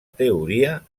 teoria